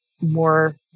more